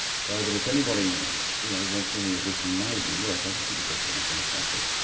so that if anybody you know wants any of this amazing work, i just think it's absolutely fantastic.